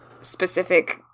specific